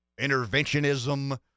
interventionism